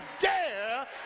dare